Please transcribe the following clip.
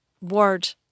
word